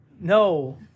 No